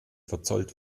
verzollt